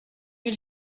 eut